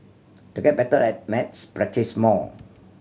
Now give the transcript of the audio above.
to get better at maths practise more